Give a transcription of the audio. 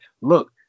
look